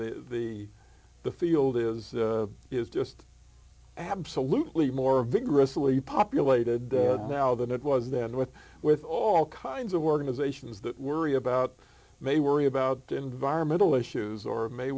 the the the field is is just absolutely more vigorously populated now than it was then with with all kinds of organizations that worry about may worry about environmental issues or may